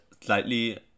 slightly